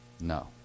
No